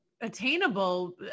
attainable